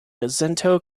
jacinto